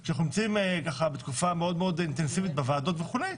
אי אפשר לבוא כשאנחנו נמצאים בתקופה מאוד אינטנסיבית בוועדות וכו',